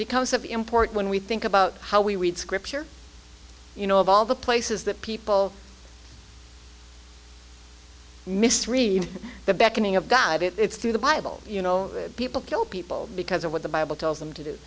becomes so important when we think about how we read scripture you know of all the places that people misread the beckoning of god it's through the bible you know people kill people because of what the bible tells them to do